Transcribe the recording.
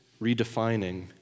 redefining